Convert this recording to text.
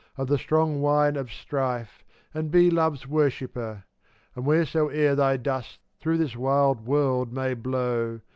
of the strong wine of strife and be love's worshipper and wheresoe'er thy dust through this wild world may blow,